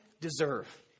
deserve